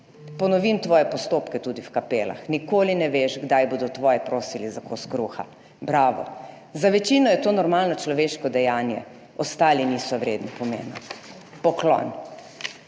Ponovim tvoje postopke, tudi v kapelah, nikoli ne veš, kdaj bodo tvoji prosili za kos kruha. Bravo! Za večino je to normalno človeško dejanje, ostali niso vredni pomena. Poklon.